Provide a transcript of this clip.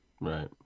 Right